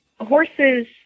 horses